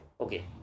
Okay